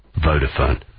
Vodafone